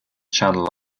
channel